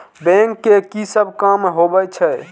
Bank के की सब काम होवे छे?